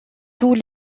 tous